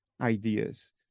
ideas